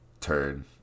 turn